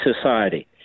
society